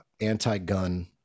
anti-gun